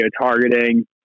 targeting